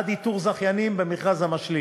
עד איתור זכיינים במכרז המשלים.